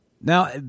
Now